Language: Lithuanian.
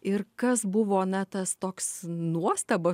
ir kas buvo na tas toks nuostabą